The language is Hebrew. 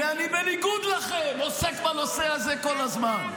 כי אני, בניגוד לכם, עוסק בנושא הזה כל הזמן.